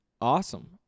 awesome